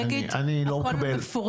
הכול מפורסם.